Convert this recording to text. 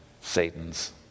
Satan's